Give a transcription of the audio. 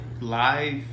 live